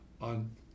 on